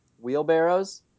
Wheelbarrows